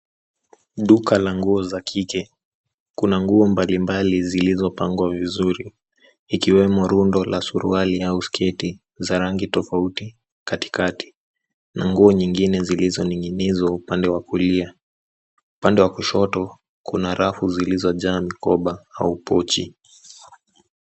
Duka la nguo za kike. Kuna nguo mbali mbali zilizopangwa vizuri. Ikiwemo rundo la suruali au sketi za rangi tofauti katikati na nguo nyingine zilizoning'inizwa upande wa kulia. Upande wa kushoto kuna rafu zilizojaa mikoba au pochi.